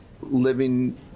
living